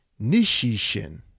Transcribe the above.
Nishishin